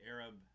Arab